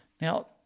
Now